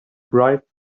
bright